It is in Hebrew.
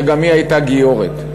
שגם היא הייתה גיורת.